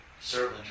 servant